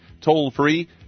toll-free